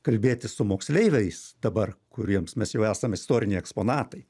kalbėtis su moksleiviais dabar kuriems mes jau esam istoriniai eksponatai